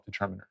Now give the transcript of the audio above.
determiners